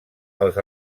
els